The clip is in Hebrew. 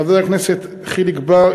חבר הכנסת חיליק בר,